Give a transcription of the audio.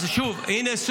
אז הינה,